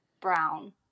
brown